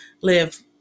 live